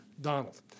Donald